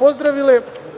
ovaj